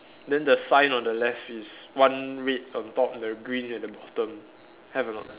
then the sign on the left is one red on top and the green at the bottom have or not